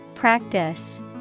Practice